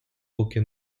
поки